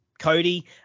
cody